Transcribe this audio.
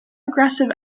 aggressive